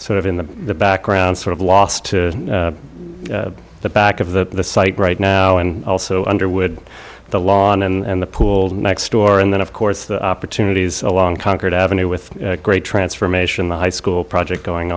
sort of in the background sort of loss to the back of the site right now and also underwood the lawn and the pool next door and then of course the opportunities along concord avenue with great transformation the high school project going